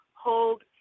hold